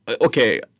okay